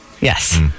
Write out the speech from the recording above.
Yes